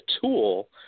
tool